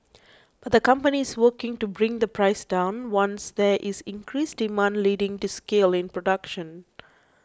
but the company is working to bring the price down once there is increased demand leading to scale in production